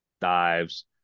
dives